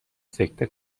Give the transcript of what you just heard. سکته